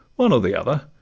one or the other,